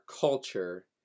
culture